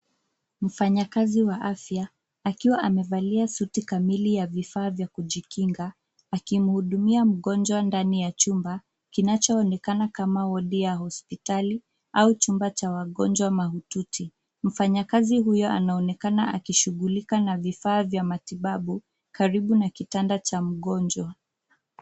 Mfanyakazi wa afya akiwa amevalia suti kamili ya vifaa vya kujikinga akimhudumia mgonjwa ndani ya chumba kinachoonekana kama wodi ya hospitali au chumba cha wagonjwa mahututi. Mfanyakazi huyo anaonekana akishughulika na vifaa vya matibabu karibu na kitanda cha mgonjwa.